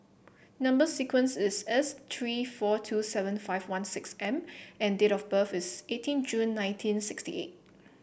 number sequence is S three four two seven five one six M and date of birth is eighteen June nineteen sixty eight